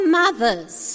mothers